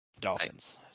Dolphins